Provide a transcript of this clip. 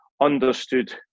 understood